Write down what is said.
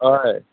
হয়